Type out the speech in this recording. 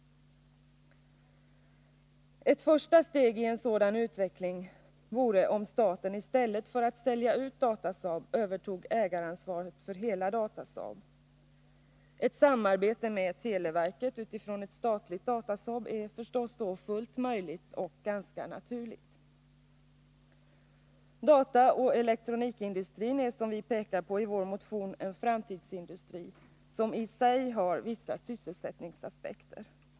Ett första steg i en sådan utveckling vore om staten i stället för att sälja ut Datasaab övertog ägaransvaret för hela Datasaab. Ett samarbete med televerket utifrån ett statligt Datasaab är förstås då fullt möjligt och ganska naturligt. Dataoch elektronikindustrin är, som vi pekar på i vår motion, en framtidsindustri, som i sig har vissa sysselsättningsaspekter.